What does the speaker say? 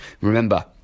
Remember